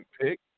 pick